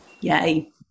Yay